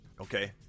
Okay